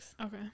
Okay